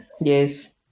Yes